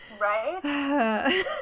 Right